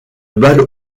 balle